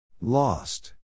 Lost